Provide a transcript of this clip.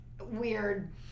weird